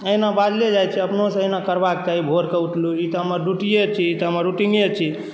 एहिना बाजले जाय छी अपनों सभक एहना करबाक चाही भोरक उठलहुँ ई तऽ हमर ड्यूटिये छी ई तऽ हमर रूटीने छी